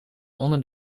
onder